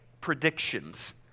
predictions